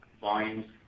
volumes